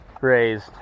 raised